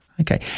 Okay